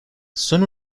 son